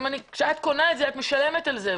כשאת קונה את זה, את משלמת על כך.